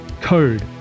code